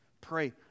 Pray